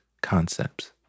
concepts